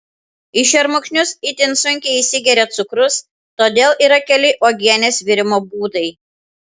į šermukšnius itin sunkiai įsigeria cukrus todėl yra keli uogienės virimo būdai